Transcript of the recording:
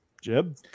Jeb